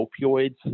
opioids